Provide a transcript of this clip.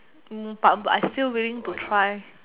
move up but but I still willing to try